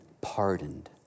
pardoned